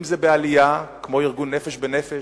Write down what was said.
אם זה בעלייה כמו ארגון "נפש בנפש",